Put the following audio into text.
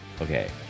Okay